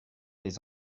les